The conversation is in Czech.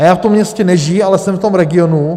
A já v tom městě nežiji, ale jsem v tom regionu.